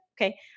Okay